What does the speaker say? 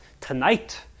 tonight